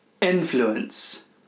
influence